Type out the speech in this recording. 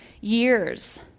years